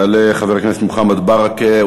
יעלה חבר הכנסת מוחמד ברכה,